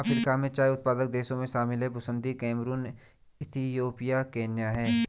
Africa में चाय उत्पादक देशों में शामिल हैं बुसन्दी कैमरून इथियोपिया केन्या है